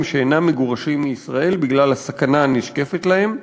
שאינם מגורשים מישראל בגלל הסכנה הנשקפת להם,